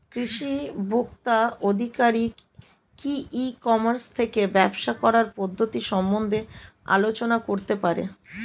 কৃষি ভোক্তা আধিকারিক কি ই কর্মাস থেকে ব্যবসা করার পদ্ধতি সম্বন্ধে আলোচনা করতে পারে?